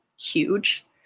huge